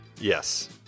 Yes